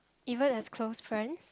even as close friends